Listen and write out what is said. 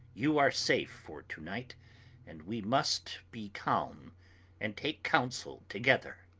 you are safe for to-night and we must be calm and take counsel together.